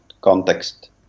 context